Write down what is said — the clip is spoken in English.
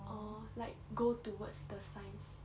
orh like go towards the science